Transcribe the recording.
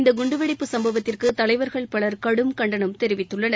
இந்த குண்டுவெடிப்புச் சம்பவத்திற்கு தலைவர்கள் பலர் கடும் கண்டனம் தெரிவித்துள்ளனர்